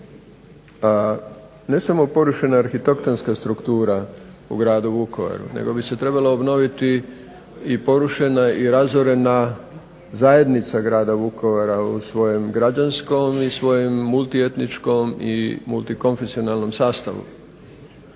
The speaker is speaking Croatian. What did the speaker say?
ne samo porušena arhitektonska struktura u gradu Vukovaru, nego bi se trebala obnoviti i porušena i razorena zajednica grada Vukovara u svojem građanskom i svojem multietničkom i multikonfesionalnom sastavu.